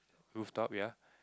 roof top ya